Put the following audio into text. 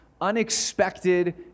unexpected